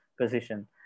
position